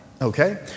Okay